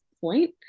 point